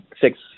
six